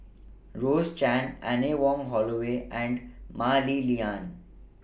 Rose Chan Anne Wong Holloway and Mah Li Lian